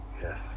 Yes